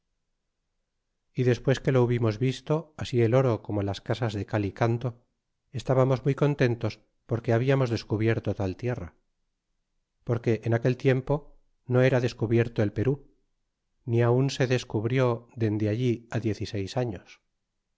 y despues que lo hubimos visto así el oro como las casas de cal y canto estabamos muy contentos porque hablamos descubierto tal tierra porque en aquel tiempo no era descubierto el perú ni aun se descubrid dende ahí a